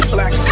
Black